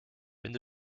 wenn